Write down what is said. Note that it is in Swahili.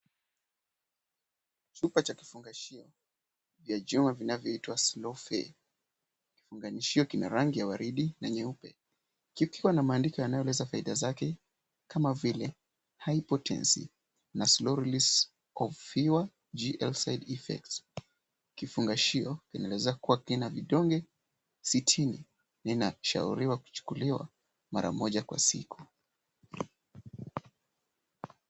Chupa cha kifungashio vya jina vinavyoitwa Slow Fay. Kifungashio kina rangi ya waridi na nyeupe, kikiwa na maandiko yanayoeleza faida zake kama vile, hypotency na slow release of fewer gl side effects . Kifungashio kinaeleza kuwa kina vidonge sitini, vinashauriwa kuchukuliwa mara moja kwa siku.